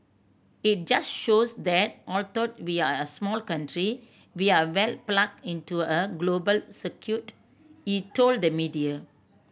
it just shows that although we're a small country we're well plugged into a global circuit he told the media